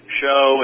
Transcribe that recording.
show